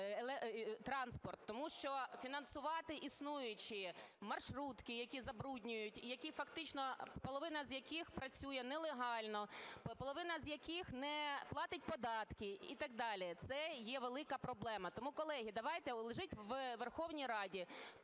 Тому що фінансувати існуючі маршрутки, які забруднюють, які фактично, половина з яких працює нелегально, половина з яких не платить податки і так далі, це є велика проблема. Тому, колеги, давайте, лежить у Верховній Раді